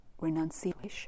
Renunciation